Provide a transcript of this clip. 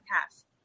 cast